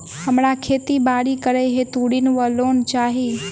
हमरा खेती बाड़ी करै हेतु ऋण वा लोन चाहि?